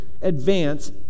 advance